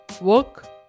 Work